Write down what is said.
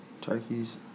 Turkeys